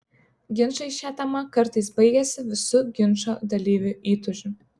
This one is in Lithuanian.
ginčai šia tema kartais baigiasi visų ginčo dalyvių įtūžiu